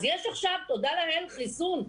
אז יש עכשיו, תודה לאל, חיסון.